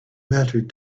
mattered